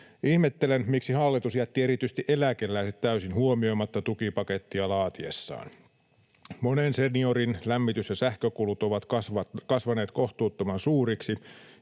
Ihmettelen, miksi hallitus jätti erityisesti eläkeläiset täysin huomioimatta tukipakettia laatiessaan. Monen seniorin lämmitys- ja sähkökulut ovat kasvaneet kohtuuttoman suuriksi